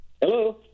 Hello